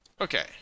Okay